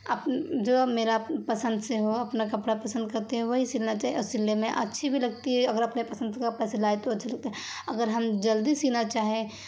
جو میرا پسند سے ہو اپنا کپڑا پسند کرتے ہیں وہی سلنا چاہیے اور سلنے میں اچھی بھی لگتی ہے اگر اپنے پسند کا کپڑا سلائے تو اچھا لگتا ہے اگر ہم جلدی سینا چاہیں